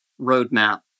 roadmap